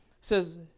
says